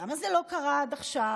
ולמה זה לא קרה עד עכשיו?